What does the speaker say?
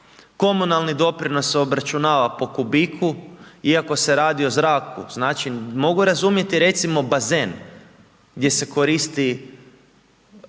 komunalni doprinos se obračunava po kubiku iako se radi o zraku, znači mogu razumjeti recimo bazen gdje se koristi,